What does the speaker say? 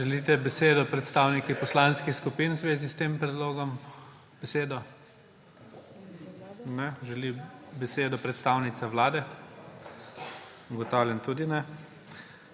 Želite besedo predstavniki poslanskih skupin v zvezi s tem predlogom? Ne. Želi besedo predstavnica Vlade? Ugotavljam, da tudi ne.